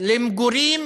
למגורים